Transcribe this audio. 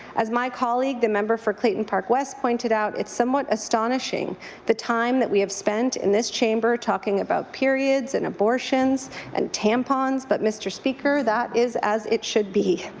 as my colleague the member for clayton park west pointed out, it's somewhat astonishing the time that we have spent in this chamber talking about periods and abortions and tampons, but mr. speaker, that is as it should be.